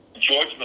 George